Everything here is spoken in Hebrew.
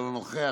אינו נוכח,